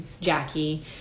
Jackie